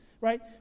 right